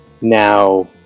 now